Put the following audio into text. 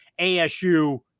ASU